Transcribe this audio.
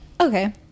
Okay